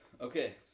Okay